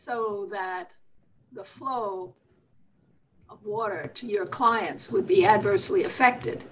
so that the flow of water to your clients would be adversely affected